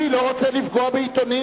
אני לא רוצה לפגוע בעיתונים,